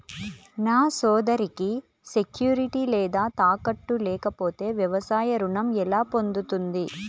నా సోదరికి సెక్యూరిటీ లేదా తాకట్టు లేకపోతే వ్యవసాయ రుణం ఎలా పొందుతుంది?